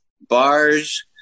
bars